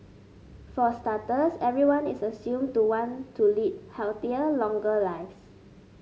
for starters everyone is assumed to want to lead healthier longer lives